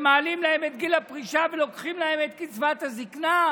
שמעלים להן את גיל הפרישה ולוקחים להן את קצבת הזקנה.